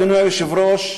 אדוני היושב-ראש,